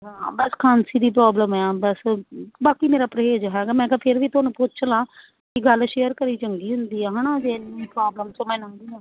ਹਾਂ ਬਸ ਖਾਂਸੀ ਦੀ ਪ੍ਰੋਬਲਮ ਆ ਬਸ ਬਾਕੀ ਮੇਰਾ ਪਰਹੇਜ਼ ਹੈਗਾ ਮੈਂ ਕਿਹਾ ਫਿਰ ਵੀ ਤੁਹਾਨੂੰ ਪੁੱਛ ਲਾ ਗੱਲ ਸ਼ੇਅਰ ਕਰੀ ਚੰਗੀ ਹੁੰਦੀ ਆ ਹੈ ਨਾ ਜੇ ਪ੍ਰੋਬਲਮਸ ਮੈਨੂੰ ਨਾ